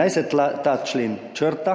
naj se ta člen črta,